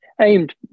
aimed